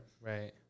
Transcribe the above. Right